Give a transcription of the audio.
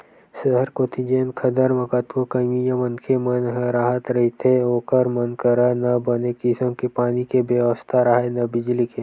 सहर कोती जेन खदर म कतको कमइया मनखे मन ह राहत रहिथे ओखर मन करा न बने किसम के पानी के बेवस्था राहय, न बिजली के